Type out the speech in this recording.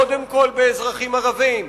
כן, היא פוגעת קודם כול באזרחים ערבים,